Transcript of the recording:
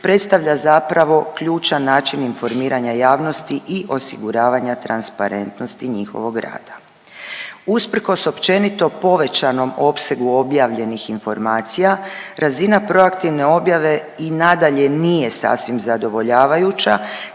predstavlja zapravo ključan način informiranja javnosti i osiguravanja transparentnosti njihovog rada. Usprkos općenito povećanom opsegu objavljenih informacija, razina proaktivne objave i nadalje nije sasvim zadovoljavajuća